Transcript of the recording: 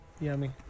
Yummy